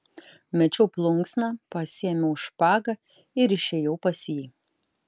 mečiau plunksną pasiėmiau špagą ir išėjau pas jį